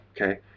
okay